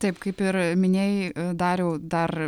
taip kaip ir minėjai dariau dar